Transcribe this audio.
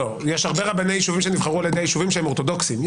יש הרבה רבני יישובים שנבחרו על ידי היישובים שהם אורתודוכסים.